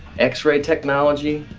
x-ray technology,